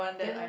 then